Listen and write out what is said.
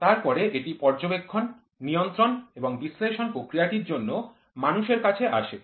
তারপরে এটি পর্যবেক্ষণ নিয়ন্ত্রণ এবং বিশ্লেষণ প্রক্রিয়াটির জন্য মানুষের কাছে আসে